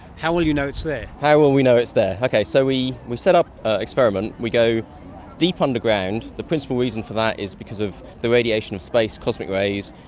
how will you know it's there? how will we know it's there? okay, so we we set up an experiment. we go deep underground, and the principal reason for that is because of the radiation of space, cosmic rays,